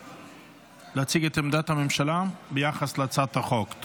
להציג את עמדת הממשלה ביחס להצעת החוק,